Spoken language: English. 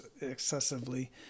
excessively